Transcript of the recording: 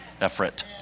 Effort